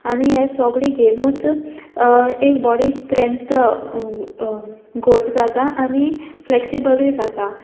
आनी हें सोगलें घेयनूच एक बॉडी स्ट्रँथ घोट जाता आनी फ्लेक्सिबलूय जाता